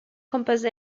composed